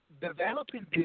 developing